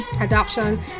adoption